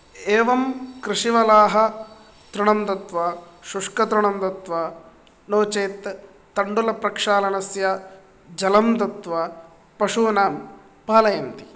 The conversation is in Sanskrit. एवं कृषिवलाः तृणं दत्वा शुष्कतृणं दत्वा नो चेत् तण्डुलप्रक्षालनस्य जलं दत्वा पशूनां पालयन्ति